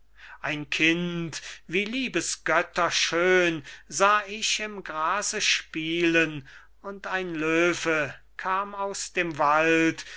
ein kind wie liebesgötter schön sah ich im grase spielen und ein löwe kam aus dem wald